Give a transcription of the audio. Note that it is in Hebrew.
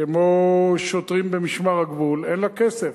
כמו שוטרים במשמר הגבול, אין לה כסף.